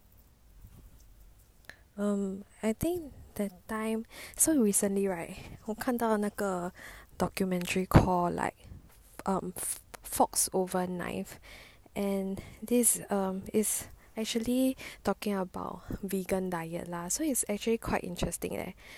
um I think that time so recently right 我看到那个 documentary call like um fox over knife and this um is actually talking about vegan diet lah so is actually quite interesting leh